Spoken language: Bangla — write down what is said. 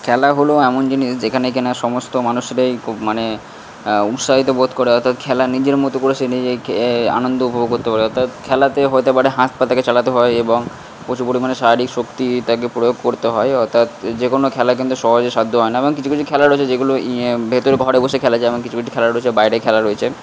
খেলা হল এমন জিনিস যেখানে কিনা সমস্ত মানুষেরাই খুব মানে উৎসাহিত বোধ করে অর্থাৎ খেলা নিজের মতো করে সে নিজেকে আনন্দ উপভোগ করতে পারে অর্থাৎ খেলাতে হতে পারে হাত পা তাকে চালাতে হয় এবং প্রচুর পরিমাণে শারীরিক শক্তি তাকে প্রয়োগ করতে হয় অর্থাৎ যে কোনো খেলা কিন্তু সহজে সাধ্য হয় না এবং কিছু কিছু খেলা রয়েছে যেগুলো ইয়ে ভেতর ঘরে বসে খেলা যায় এবং কিছু কিছু খেলা রয়েছে বাইরে খেলা রয়েছে